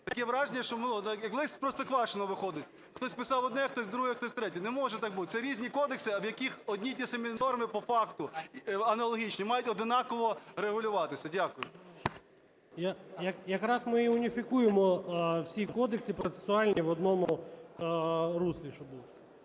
Таке враження, що ми... як лист з Простоквашино виходить: хтось писав одне, хтось – друге, хтось – третє. Не може так бути, це різні кодекси, в яких одні і ті самі норми по факту, аналогічні, мають однаково регулюватися. Дякую. 13:49:56 ПАВЛІШ П.В. Якраз ми і уніфікуємо всі кодекси процесуальні, в одному руслі